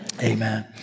amen